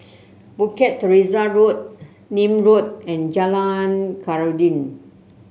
Bukit Teresa Road Nim Road and Jalan Khairuddin